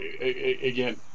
again